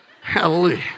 hallelujah